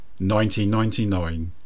1999